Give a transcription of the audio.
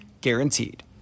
guaranteed